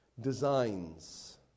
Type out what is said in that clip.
designs